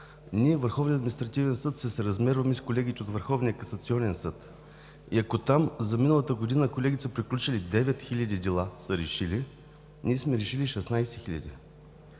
от Върховния административен съд се съразмерваме с колегите от Върховния касационен съд. Ако там за миналата година колегите са приключили и решили 9000 дела, ние сме решили 16 000.